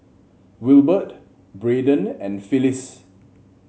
Wilbert Braeden and Phylis